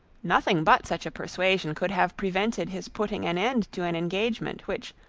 nothing but such a persuasion could have prevented his putting an end to an engagement, which,